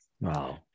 Wow